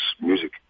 music